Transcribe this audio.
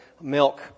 milk